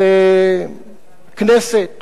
והכנסת